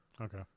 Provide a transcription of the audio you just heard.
Okay